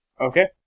Okay